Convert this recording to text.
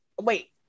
wait